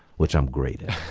which i'm great at